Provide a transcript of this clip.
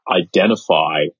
identify